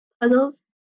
puzzles